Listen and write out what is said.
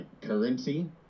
currency